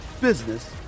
business